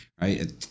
right